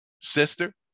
sister